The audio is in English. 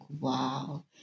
wow